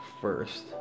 first